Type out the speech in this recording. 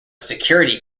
security